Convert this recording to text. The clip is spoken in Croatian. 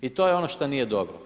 I to je ono što nije dobro.